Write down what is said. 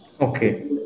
Okay